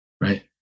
right